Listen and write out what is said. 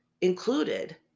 included